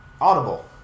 Audible